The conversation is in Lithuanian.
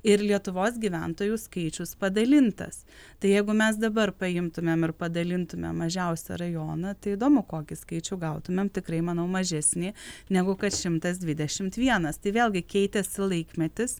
ir lietuvos gyventojų skaičius padalintas tai jeigu mes dabar paimtumėm ir padalintumėm mažiausią rajoną tai įdomu kokį skaičių gautumėm tikrai manau mažesnį negu kad šimtas dvidešimt vienas tai vėlgi keitėsi laikmetis